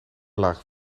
lagen